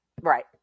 Right